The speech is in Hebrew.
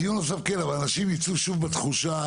דיון נוסף כן, אבל אנשים ייצאו שוב בתחושה,